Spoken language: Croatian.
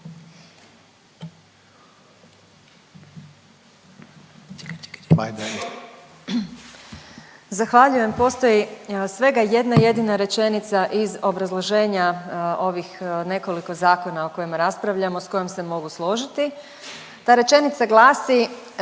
Zahvaljujem. Postoji svega jedna jedina rečenica iz obrazloženja ovih nekoliko zakona o kojima raspravljamo s kojom se mogu složiti. Ta rečenica glasi